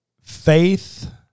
faith